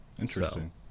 interesting